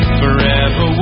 forever